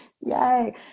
Yay